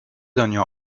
دنیا